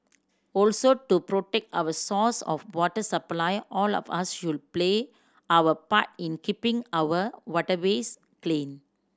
also to protect our source of water supply all of us should play our part in keeping our waterways clean